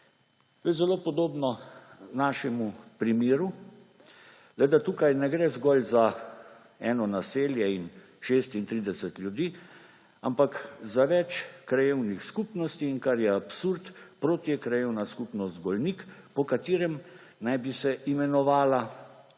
To je zelo podobno našemu primeru, le da tukaj ne gre zgolj za eno naselje in 36 ljudi, ampak za več krajevnih skupnosti. In kar je absurd, proti je Krajevna skupnost Golnik, po katerem naj bi se imenovala